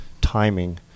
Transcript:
timing